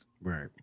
Right